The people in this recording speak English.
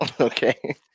Okay